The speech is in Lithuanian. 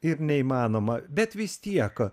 ir neįmanoma bet vis tiek